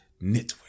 Network